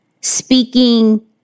speaking